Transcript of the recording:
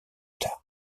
tard